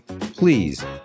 Please